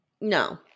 No